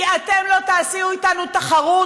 כי אתם לא תעשו איתנו תחרות,